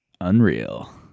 Unreal